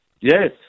Yes